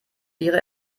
ihre